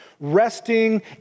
resting